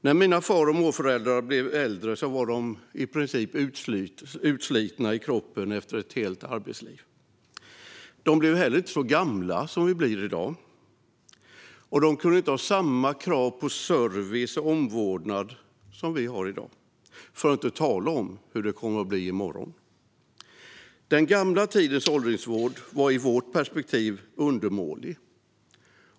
När mina far och morföräldrar blev äldre var de i princip utslitna i kroppen efter ett långt arbetsliv. De blev heller inte så gamla som vi blir i dag. De kunde inte ha samma krav på service och omvårdnad som vi har i dag, för att inte tala om hur det kommer att bli i morgon. Den gamla tidens åldringsvård var i vårt perspektiv undermålig.